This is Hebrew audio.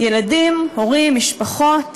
ילדים, הורים, משפחות,